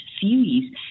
series